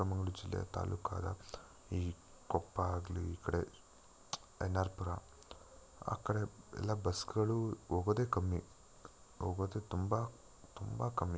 ಚಿಕ್ಕ ಮಂಗ್ಳೂರು ಜಿಲ್ಲೆಯ ತಾಲೂಕಾಗ ಈ ಕೊಪ್ಪ ಆಗಲಿ ಈ ಕಡೆ ಎನ್ ಆರ್ ಪುರ ಆ ಕಡೆ ಎಲ್ಲ ಬಸ್ಗಳು ಹೋಗೋದೇ ಕಮ್ಮಿ ಹೋಗೋದೆ ತುಂಬ ತುಂಬ ಕಮ್ಮಿ